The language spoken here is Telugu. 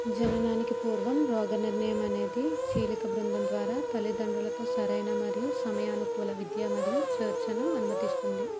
జననానికి పూర్వం రోగనిర్ణయం అనేది చీలిక బృందం ద్వారా తల్లిదండ్రులతో సరైన మరియు సమయానుకూల విద్య మరియు చర్చను అనుమతిస్తుంది